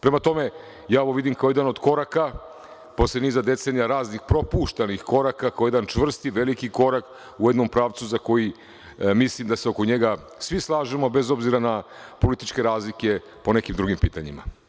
Prema tome, ja ovo vidim kao jedan od koraka, posle niza decenija raznih propuštenih koraka, kao jedan čvrst i veliki korak u jednom pravcu za koji mislim da se oko njega svi slažemo bez obzira na političke razlike po nekim drugim pitanjima.